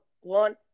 one